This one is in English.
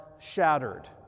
shattered